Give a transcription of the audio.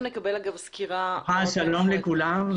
שלום לכולם.